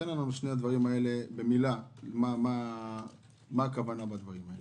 תגיד לנו במילה על שני הדברים האלה מה הכוונה בדברים האלה.